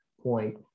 point